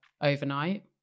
overnight